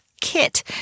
kit